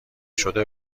شده